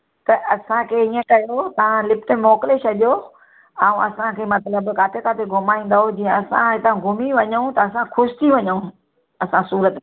त असांखे इअं कयो तव्हां लिस्ट मोकिले छॾियो ऐं असांखे मतलबु काथे काथे घुमाईंदव जीअं असां हितां घुमी वञूं त असां ख़ुशि थी वञूं असां सूरत